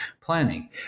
planning